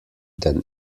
than